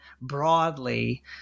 broadly